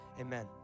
amen